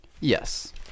Yes